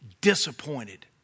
Disappointed